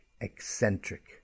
eccentric